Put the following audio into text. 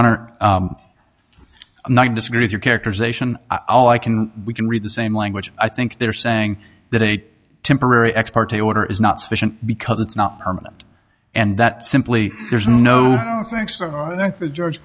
honor i'm not disagree with your characterization i'll i can we can read the same language i think they're saying that a temporary ex parte order is not sufficient because it's not permanent and that simply there's no thanks i think for george